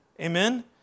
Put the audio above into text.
Amen